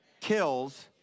kills